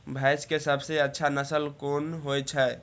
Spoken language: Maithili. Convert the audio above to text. भैंस के सबसे अच्छा नस्ल कोन होय छे?